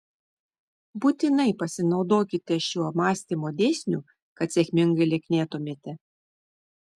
būtinai pasinaudokite šiuo mąstymo dėsniu kad sėkmingai lieknėtumėte